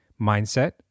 mindset